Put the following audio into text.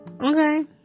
Okay